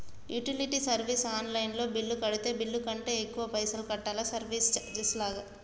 Utility service online లో bill కడితే bill కంటే ఎక్కువ పైసల్ కట్టాలా సర్వీస్ చార్జెస్ లాగా?